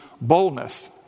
boldness